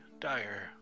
dire